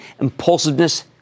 impulsiveness